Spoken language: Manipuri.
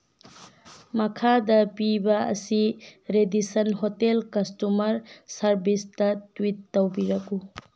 ꯃꯈꯥꯗ ꯄꯤꯕ ꯑꯁꯤ ꯔꯦꯗꯤꯁꯁꯟ ꯍꯣꯇꯦꯜ ꯀꯁꯇꯨꯃꯔ ꯁꯥꯔꯚꯤꯁꯇ ꯇ꯭ꯋꯤꯠ ꯇꯧꯕꯤꯔꯛꯎ